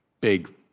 big